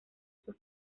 sus